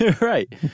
Right